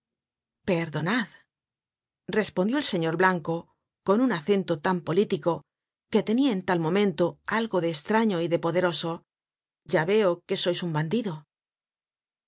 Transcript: perdonad respondió el señor blanco con un acento tan político que tenia en tal momento algo de estraño y de poderoso ya veo que sois un bandido